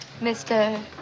Mr